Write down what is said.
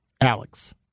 Alex